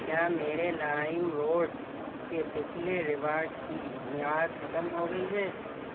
کیا میرے لائم روڈ کے پچھلے ریوارڈ کی میعاد ختم ہو گئی ہے